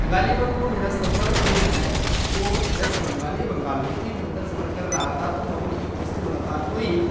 غالباً وہ میرا سفر جو ہے وہ ویسٹ بنگال یا بنگال کی تھی میں ادھر سفر کر رہا تھا تو وہاں میری ایک دوست سے ملاقات ہوئی